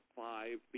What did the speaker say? five